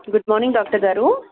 good morning doctor గారు